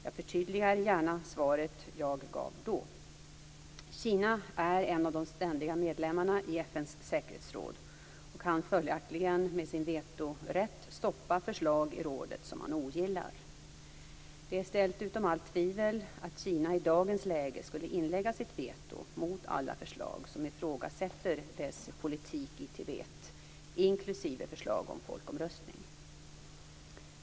Jag förtydligar gärna svaret jag gav då. Kina är en av de ständiga medlemmarna i FN:s säkerhetsråd och kan följaktligen med sin vetorätt stoppa förslag i rådet som man ogillar. Det är ställt utom allt tvivel att Kina i dagens läge skulle inlägga sitt veto mot alla förslag där dess politik i Tibet ifrågasätts, inklusive förslag om folkomröstning.